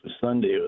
Sunday